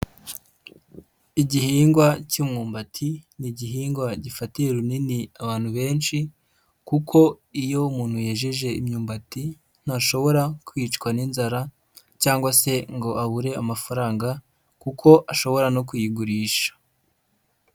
Igihingwa cy'imyumbati ni igihingwa gifatiye runini abantu benshi kuko iyo umuntu yejeje imyumbati ntashobora kwicwa n'inzara cyangwa se ngo abure amafaranga kuko ashobora no kuyigurisha.